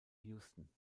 houston